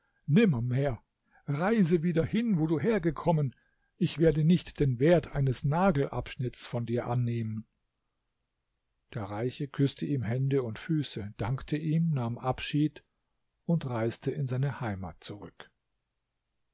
nimmermehr reise wieder hin wo du hergekommen ich werde nicht den wert eines nagelabschnitts vor dir annehmen der reiche küßte ihm hände und füße dankte ihm nahm abschied und reiste in seine heimat zurück